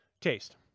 Taste